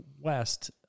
west